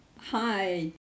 Hi